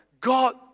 God